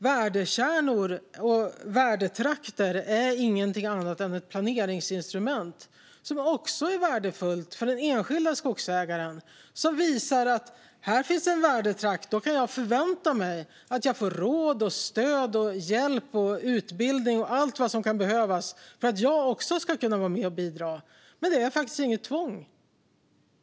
Värdekärnor och värdetrakter är ingenting annat än ett planeringsinstrument, som också är värdefullt för den enskilda skogsägaren. Det visar att här finns en värdetrakt, och då kan man som skogsägare förvänta sig att man får råd, stöd, hjälp, utbildning och allt vad som kan behövas för att man ska kunna vara med och bidra. Men det är inget tvång.